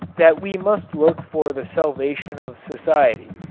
that we must look for the salvation of society.